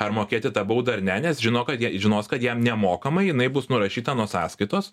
ar mokėti tą baudą ar ne nes žino kad žinos kad jam nemokamai jinai bus nurašyta nuo sąskaitos